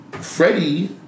Freddie